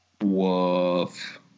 Woof